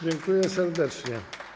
Dziękuję serdecznie.